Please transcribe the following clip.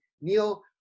Neil